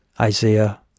Isaiah